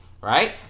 right